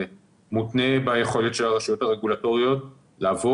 זה מותנה ביכולת של הרשויות הרגולטוריות לבוא